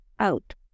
out